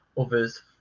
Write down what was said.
others